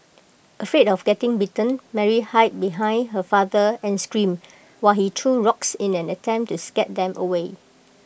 afraid of getting bitten Mary hid behind her father and screamed while he threw rocks in an attempt to scare them away